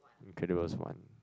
Incredibles One